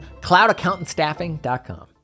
CloudAccountantStaffing.com